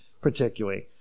particularly